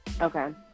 Okay